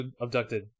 abducted